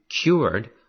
cured